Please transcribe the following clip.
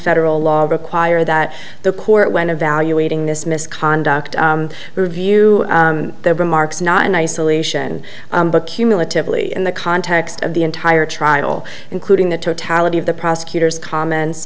federal law require that the court when evaluating this misconduct review their remarks not in isolation but cumulatively in the context of the entire trial including the totality of the prosecutor's comments